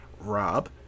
Rob